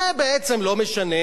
זה בעצם לא משנה,